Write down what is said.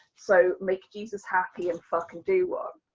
so make jesus happy and fucking do one.